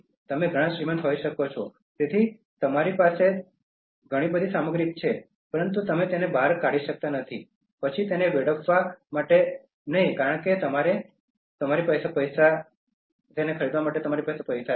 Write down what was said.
તમે ઘણા શ્રીમંત હોઈ શકો છો તેથી તમારી પાસે ઘણી બધી સામગ્રી છે પરંતુ તમે તેને બહાર ફેંકી ના શકો અને પછી તેને વેડફો પણ નહિ કારણ કે તમારી પાસે ખરીદવા માટે પૈસા છે